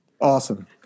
Awesome